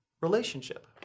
Relationship